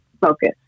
focus